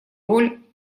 роль